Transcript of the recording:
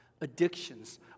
addictions